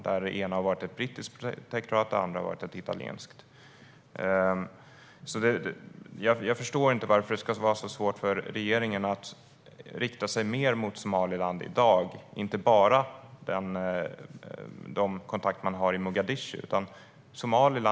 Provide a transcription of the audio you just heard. Det ena har varit ett brittiskt protektorat och det andra ett italienskt. Varför ska det vara så svårt för regeringen att rikta sig mer mot Somaliland och inte bara mot de kontakter man har i Mogadishu?